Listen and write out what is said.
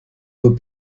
aux